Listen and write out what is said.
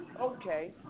okay